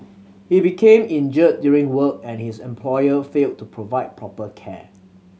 he became injured during work and his employer failed to provide proper care